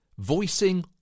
voicing